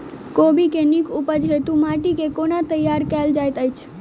कोबी केँ नीक उपज हेतु माटि केँ कोना तैयार कएल जाइत अछि?